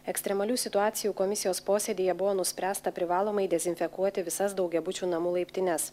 ekstremalių situacijų komisijos posėdyje buvo nuspręsta privalomai dezinfekuoti visas daugiabučių namų laiptines